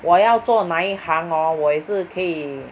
我要做哪一行 hor 我也是可以